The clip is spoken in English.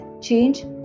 change